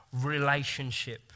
relationship